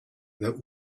that